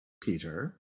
Peter